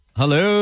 Hello